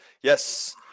Yes